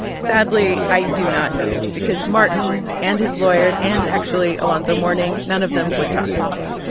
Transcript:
sadly, i do not know because martin and his lawyers and actually alonzo mourning none of them would talk to me.